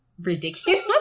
ridiculous